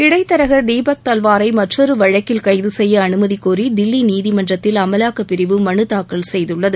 இடைத்தரகர் தீபக் தல்வாரை மற்றொரு வழக்கில் கைது செய்ய அனுமதிகோரி தில்லி நீதிமன்றத்தில் அமலாக்கப் பிரிவு மனு தாக்கல் செய்துள்ளது